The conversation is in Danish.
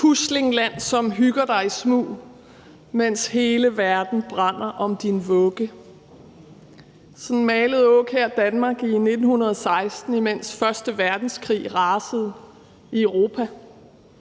pusling-land, som hygger dig i smug,/mens hele verden brænder om din vugge ...«. Sådan malede Aakjær Danmark i 1916, imens første verdenskrig rasede i Europa.